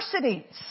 universities